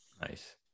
Nice